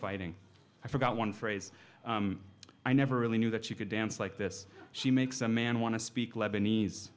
fighting i forgot one phrase i never really knew that you could dance like this she makes a man want to speak lebanese